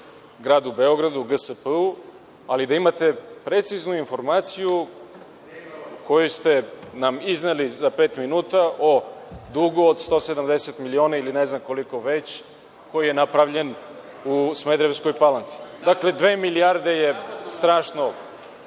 gradu Beogradu, GSP-u, ali da imate preciznu informaciju koju ste nam izneli za pet minuta o dugu od 170 miliona, ili ne znam koliko već, koji je napravljen u Smederevskoj Palanci. Dakle, dve milijarde je strašno